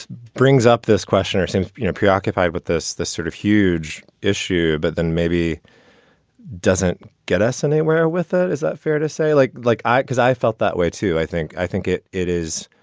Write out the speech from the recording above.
brings up this question or seem preoccupied with this, the sort of huge issue, but then maybe doesn't get us anywhere with it. is that fair to say? like like i. because i felt that way, too. i think i think it it is.